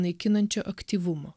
naikinančio aktyvumo